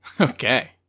Okay